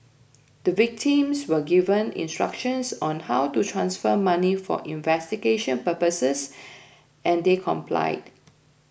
the victims were given instructions on how to transfer money for investigation purposes and they complied